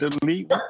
delete